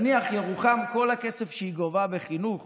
נניח ירוחם, כל הכסף שהיא גובה בחינוך